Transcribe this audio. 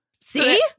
See